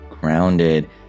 Grounded